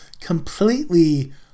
completely